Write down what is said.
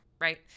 right